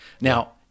now